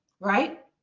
Right